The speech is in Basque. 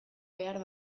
behar